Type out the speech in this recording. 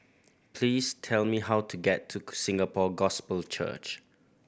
please tell me how to get to Singapore Gospel Church